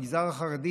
המגזר החרדי,